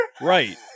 Right